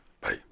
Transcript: Bye